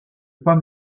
pas